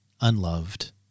unloved